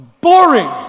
Boring